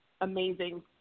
amazing